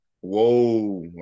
Whoa